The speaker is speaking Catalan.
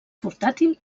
portàtil